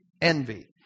Envy